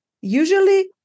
Usually